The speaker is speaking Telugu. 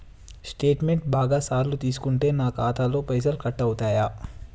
స్టేట్మెంటు బాగా సార్లు తీసుకుంటే నాకు ఖాతాలో పైసలు కట్ అవుతయా?